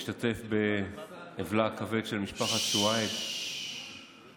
להשתתף באבלה הכבד של משפחת סואעד על